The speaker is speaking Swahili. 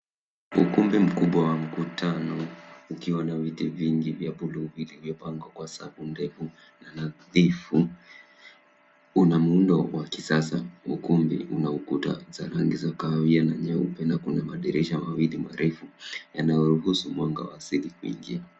Ukumbi mkubwa wa mkutano ukiwa na viti vingi vya bluu iliyopangwa kwa safu ndefu na nadhifu una muundo wa kisasa. Ukumbi una ukuta za rangi za kahawia na nyeupe na kuna madirisha mawili marefu yanayoruhusu mwanga wa asili kuingia.